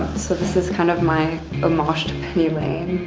so this is kind of my ah my to penny lane.